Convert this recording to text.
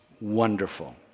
wonderful